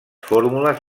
fórmules